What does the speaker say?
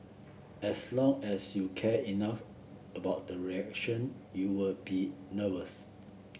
as long as you care enough about the reaction you will be nervous